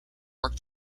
work